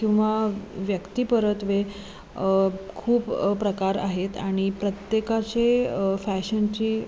किंवा व्यक्ती परतवे खूप प्रकार आहेत आणि प्रत्येकाचे फॅशनची